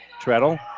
Treadle